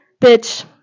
Bitch